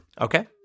Okay